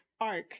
arc